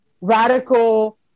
radical